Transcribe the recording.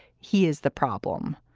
he is the problem.